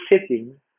sitting